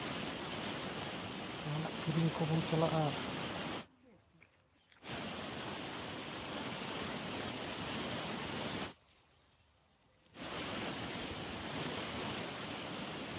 ᱡᱟᱦᱟᱱᱟᱜ ᱠᱤᱨᱤᱧ ᱠᱚᱵᱚᱱ ᱪᱟᱞᱟᱜᱼᱟ